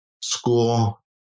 school